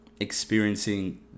experiencing